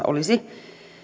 olisi